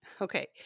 Okay